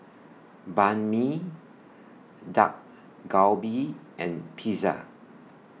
Banh MI Dak Galbi and Pizza